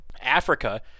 Africa